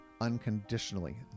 unconditionally